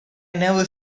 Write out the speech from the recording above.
never